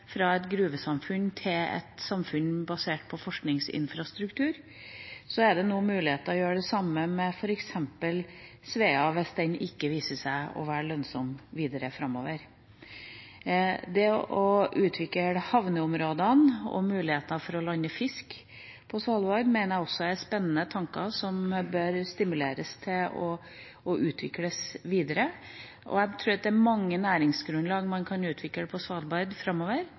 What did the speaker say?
fra et gruvesamfunn til et samfunn basert på forskningsinfrastruktur, er det nå muligheter til å gjøre det samme med f.eks. Svea, hvis den viser seg ikke å være lønnsom videre framover. Det å utvikle havneområdene og mulighetene for å lande fisk på Svalbard mener jeg også er spennende tanker som bør stimuleres og utvikles videre. Jeg tror at det er mange næringsgrunnlag man kan utvikle på Svalbard framover.